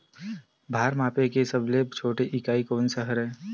भार मापे के सबले छोटे इकाई कोन सा हरे?